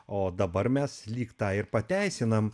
o dabar mes lyg tą ir pateisinam